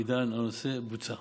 עידן, הנושא בוצע.